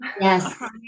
Yes